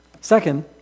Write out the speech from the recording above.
Second